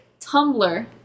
Tumblr